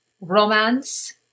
romance